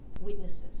witnesses